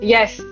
Yes